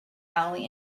alley